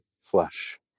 flesh